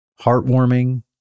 heartwarming